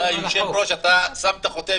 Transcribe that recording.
אדוני היושב-ראש, אתה שמת חותמת.